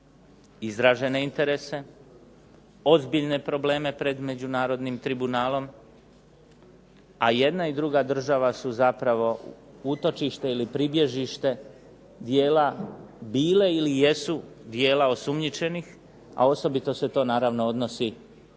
izražene interese, ozbiljne probleme pred međunarodnim tribunalom a i jedna i druga država su zapravo utočište ili pribježište bile ili jesu dijela osumnjičenih a osobito se to naravno odnosi na